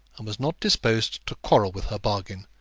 and was not disposed to quarrel with her bargain,